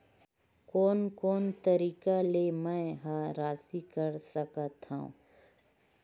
कोन कोन तरीका ले मै ह राशि कर सकथव?